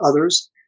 others